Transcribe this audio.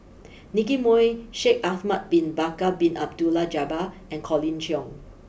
Nicky Moey Shaikh Ahmad Bin Bakar Bin Abdullah Jabbar and Colin Cheong